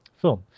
film